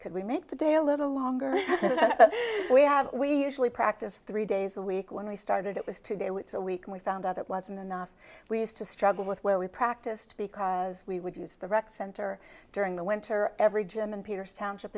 could we make the day a little longer we have we usually practiced three days a week when we started it was to get once a week and we found out that wasn't enough we used to struggle with where we practiced because we would use the rec center during the winter every german peters township